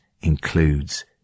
includes